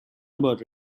about